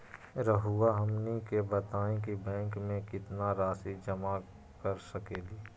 रहुआ हमनी के बताएं कि बैंक में कितना रासि जमा कर सके ली?